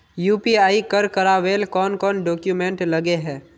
UPI कर करावेल कौन कौन डॉक्यूमेंट लगे है?